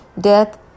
death